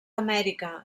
amèrica